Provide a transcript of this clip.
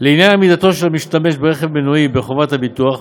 לעניין עמידתו של המשתמש ברכב מנועי בחובת הביטוח.